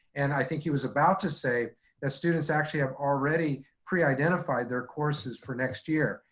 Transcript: and i think he was about to say that students actually have already pre-identified their courses for next year.